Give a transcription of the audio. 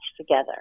together